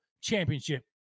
championship